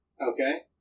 Okay